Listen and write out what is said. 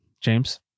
James